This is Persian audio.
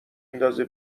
ندازه